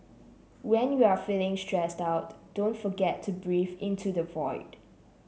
when you are feeling stressed out don't forget to breathe into the void